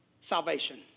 Salvation